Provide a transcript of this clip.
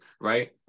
Right